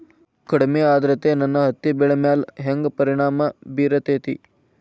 ಕಡಮಿ ಆದ್ರತೆ ನನ್ನ ಹತ್ತಿ ಬೆಳಿ ಮ್ಯಾಲ್ ಹೆಂಗ್ ಪರಿಣಾಮ ಬಿರತೇತಿ?